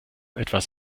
etwas